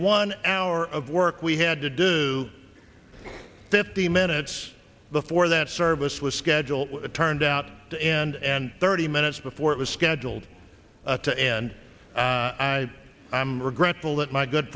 one hour of work we had to do fifty minutes before that service was scheduled turned out and thirty minutes before it was scheduled to end i i'm regretful that my good